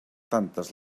tantes